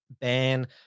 ban